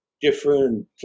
different